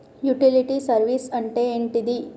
Utility service అంటే ఏంటిది?